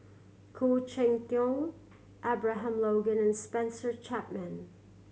Khoo Cheng Tiong Abraham Logan and Spencer Chapman